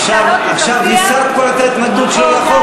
עכשיו הסרת את ההתנגדות שלו לחוק.